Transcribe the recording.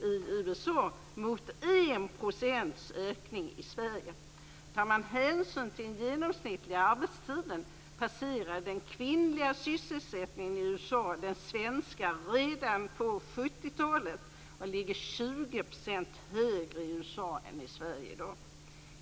Jämför alltså en ökning med 19 Tar man hänsyn till den genomsnittliga arbetstiden passerade den kvinnliga sysselsättningen i USA den svenska redan under 1970-talet och ligger 20 % högre i USA än i Sverige i dag.